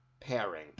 pairing